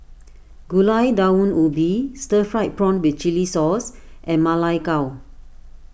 Gulai Daun Ubi Stir Fried Prawn with Chili Sauce and Ma Lai Gao